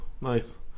nice